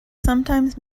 sometimes